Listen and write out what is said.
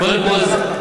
קודם כול,